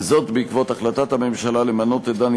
וזאת בעקבות החלטת הממשלה למנות את דני